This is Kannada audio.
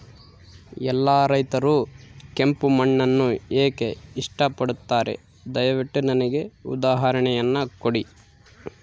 ಎಲ್ಲಾ ರೈತರು ಕೆಂಪು ಮಣ್ಣನ್ನು ಏಕೆ ಇಷ್ಟಪಡುತ್ತಾರೆ ದಯವಿಟ್ಟು ನನಗೆ ಉದಾಹರಣೆಯನ್ನ ಕೊಡಿ?